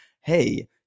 hey